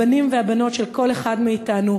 הבנים והבנות של כל אחד מאתנו,